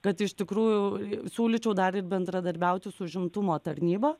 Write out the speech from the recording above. kad iš tikrųjų siūlyčiau dar ir bendradarbiauti su užimtumo tarnyba